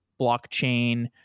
blockchain